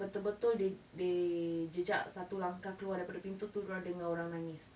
betul-betul th~ they they jejak satu langkah keluar daripada pintu tu dia orang dengar orang nangis